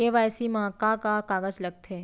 KYC मा का का कागज लगथे?